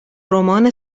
رمان